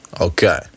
Okay